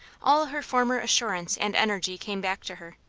all her former assurance and energy came back to her.